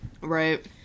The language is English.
Right